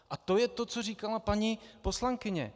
A to je to, co říkala paní poslankyně.